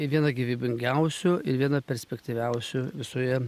viena gyvybingiausių ir viena perspektyviausių visoje